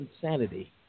insanity